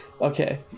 Okay